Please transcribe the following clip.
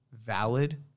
valid